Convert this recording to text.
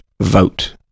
vote